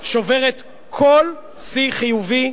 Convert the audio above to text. שוברת כל שיא חיובי,